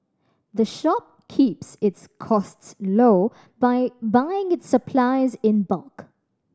the shop keeps its costs low by buying its supplies in bulk